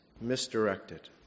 misdirected